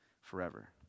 forever